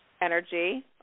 energy